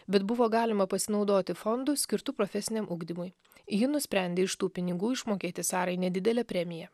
bet buvo galima pasinaudoti fondu skirtu profesiniam ugdymui ji nusprendė iš tų pinigų išmokėti sarai nedidelę premiją